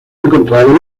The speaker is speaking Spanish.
encontrado